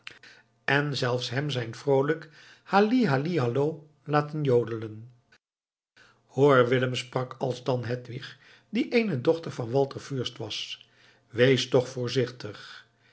en zelfs hem zijn vroolijk halli halli hallo laten jodelen hoor willem sprak alsdan hedwig die eene dochter van walter fürst was wees toch voorzichtig